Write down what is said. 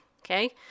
Okay